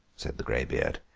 said the greybeard,